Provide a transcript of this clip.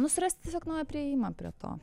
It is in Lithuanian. nu surasti tiesiog naują priėjimą prie to